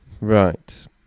Right